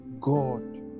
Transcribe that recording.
God